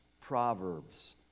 Proverbs